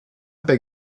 beg